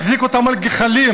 מחזיק אותם על גחלים,